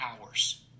hours